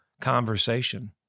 conversation